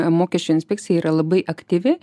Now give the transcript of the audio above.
mokesčių inspekcija yra labai aktyvi